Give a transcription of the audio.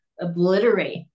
obliterate